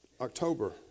October